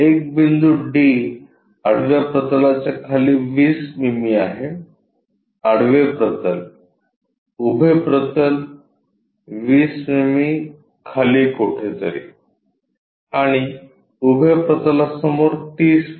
एक बिंदू D आडव्या प्रतलाच्या खाली 20 मिमी आहे आडवे प्रतल उभे प्रतल 20 मिमी खाली कोठेतरी आणि उभ्या प्रतलासमोर 30 मि